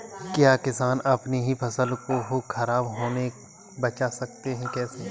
क्या किसान अपनी फसल को खराब होने बचा सकते हैं कैसे?